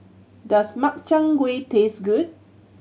does Makchang Gui taste good